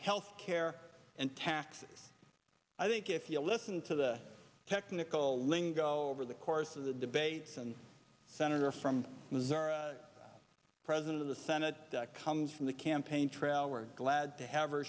health care and taxes i think if you listen to the technical lingo over the course of the debates and senator from missouri president of the senate comes from the campaign trail we're glad to have her